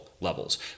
levels